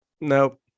nope